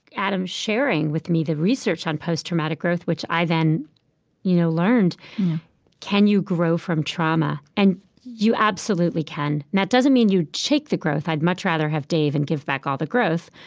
um sharing with me the research on posttraumatic growth, which i then you know learned can you grow from trauma? and you absolutely can. now, it doesn't mean you'd take the growth. i'd much rather have dave and give back all the growth.